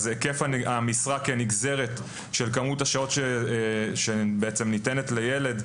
אז היקף המשרה כנגזרת של כמות השעות שניתנת לילד,